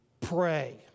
Pray